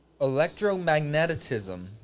Electromagnetism